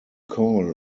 call